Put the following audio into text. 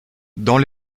dans